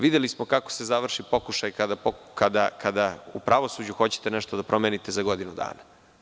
Videli smo kako se završi pokušaj kada u pravosuđu hoćete nešto da promenite za godinu dana.